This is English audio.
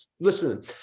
listen